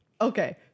okay